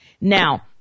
Now